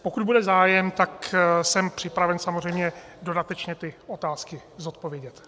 Pokud bude zájem, tak jsem připraven samozřejmě dodatečně ty otázky zodpovědět.